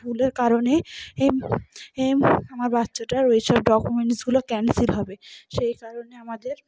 এগুলোর কারণে এম আমার বাচ্চাটার ওই সব ডকুমেন্টসগুলো ক্যানসেল হবে সেই কারণে আমাদের